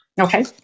okay